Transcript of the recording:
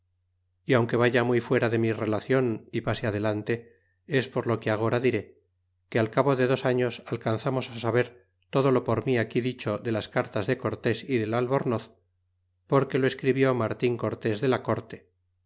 y aunque vaya muy fuera de mi relacion y pase adelante es por lo que agora diré que al cabo de dos años alcanzamos saber todo lo por mi aquí dicho de las cartas de cortés y del albornoz porque lo escribió martin cortés de la corte